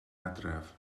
adref